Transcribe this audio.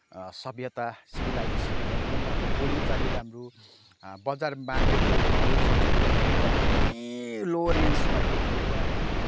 सभ्यता सिभीलाइजेसन एकदम राम्रो बोलीचाली राम्रो बजार मार्केटको भाउ सजिलो एकदमै लो रेन्जमा थियो त्यत्तिबेला होइन